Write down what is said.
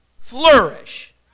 flourish